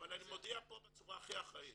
אבל אני מודיע פה בצורה הכי אחראית,